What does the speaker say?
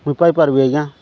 ମୁଇଁ ପାଇପାରିବି ଆଜ୍ଞା